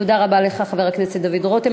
תודה רבה לך, חבר הכנסת דוד רותם.